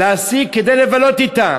להשיג אותה, כדי לבלות אתה.